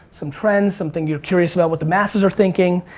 some trends, something you're curious about what the masses are thinking.